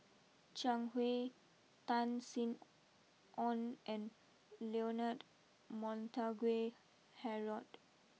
Zhang Hui Tan Sin Aun and Leonard Montague Harrod